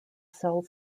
cell